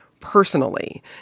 personally